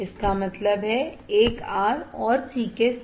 इसका मतलब है एक R और C के साथ